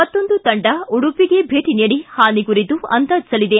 ಮತ್ತೊಂದು ತಂಡ ಉಡುಪಿಗೆ ಭೇಟ ನೀಡಿ ಹಾನಿ ಕುರಿತು ಅಂದಾಜಿಸಲಿದೆ